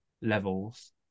levels